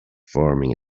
forming